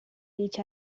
each